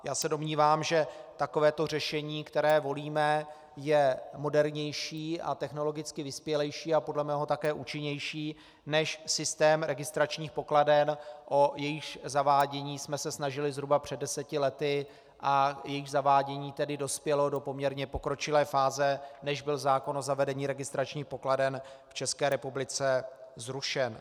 Já se domnívám, že takovéto řešení, které volíme, je modernější, technologicky vyspělejší a podle mého také účinnější než systém registračních pokladen, o jejichž zavádění jsme se snažili zhruba před deseti lety a jejichž zavádění dospělo do poměrně pokročilé fáze, než byl zákon o zavedení registračních pokladen v České republice zrušen.